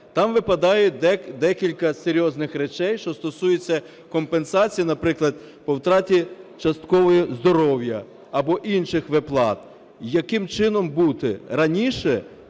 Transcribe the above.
там випадають декілька серйозних речей, що стосуються компенсації, наприклад, по втраті частково здоров'я або інших виплат. Яким чином бути? Раніше